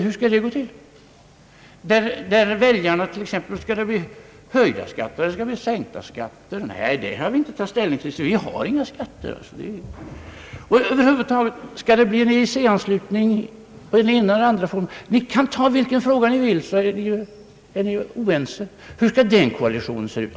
Väljarna vet ju inte om det skall bli höjda skatter eller sänkta skatter. Det har inte partierna tagit ställning till, man har ingen skattepolitik. Skall det bli någon EEC-anslutning i den ena eller andra formen? Ni kan över huvud taget ta vilken fråga som helst och finna att ni är oense. Hur skall den koalitionen se ut?